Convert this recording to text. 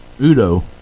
Udo